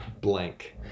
blank